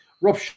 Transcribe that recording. Rob